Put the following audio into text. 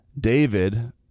David